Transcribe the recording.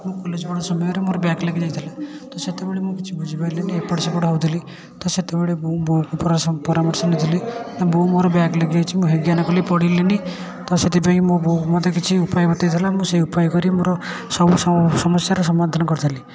ମୋ କଲେଜ ବେଳ ସମୟରେ ମୋର ବ୍ୟାକ୍ ଲାଗିଯାଇଥିଲା ତ ସେତେବେଳେ ମୁଁ କିଛି ବୁଝିପାରିଲିନି ଏପଟ ସେପଟ ହେଉଥିଲି ତ ସେତେବେଳେ ମୁଁ ବୋଉଠୁ ପରାଶମ ପରାମର୍ଶ ନେଇଥିଲି ନା ବୋଉ ମୋର ବ୍ୟାକ୍ ଲାଗିଯାଇଛି ମୁଁ ହେୟଜ୍ଞାନ କଲି ପଢ଼ିଲିନି ତ ସେଥିପାଇଁ ମୋ ବୋଉ ମୋତେ କିଛି ଉପାୟ ବତେଇଦେଲା ମୁଁ ସେଇ ଉପାୟକରି ମୋର ସବୁ ସମସ୍ୟାର ସମାଧାନ କରିଦେଲି